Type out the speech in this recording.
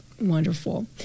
Wonderful